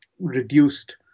reduced